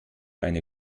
eine